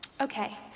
Okay